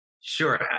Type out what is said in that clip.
Sure